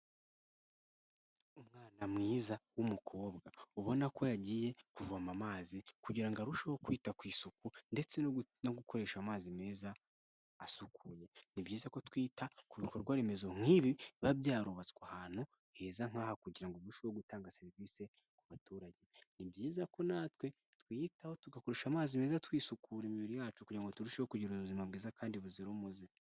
Umwana mwiza w'umukobwa ubona ko yagiye kuvoma amazi kugirango ngo arusheho kwita ku isuku ndetse no gukoresha amazi meza asukuye. Ni byiza ko twita ku bikorwa remezo nk'ibi biba byarubatswe ahantu heza nk'aha kugira ngo turusheho gutanga serivise ku baturage. Ni byiza ko natwe twiyitaho tugakoresha amazi meza twisukura imibiri yacu kugira ngo turusheho kugira ubuzima bwiza kandi buzira umuze.